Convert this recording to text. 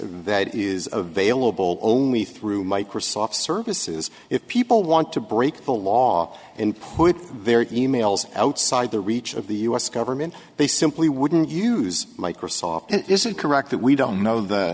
that is available only through microsoft's services if people want to break the law and put their emails outside the reach of the u s government they simply wouldn't use microsoft is it correct that we don't know the